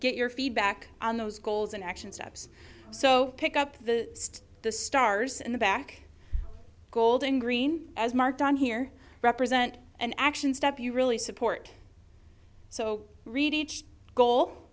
get your feedback on those goals and action steps so pick up the state the stars and the back golden green as marked on here represent an action step you really support so read each goal